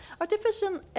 artificial